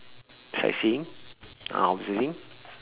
sightseeing uh observing